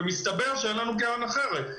ומסתבר שאין לנו קרן אחת.